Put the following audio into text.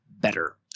better